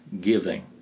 giving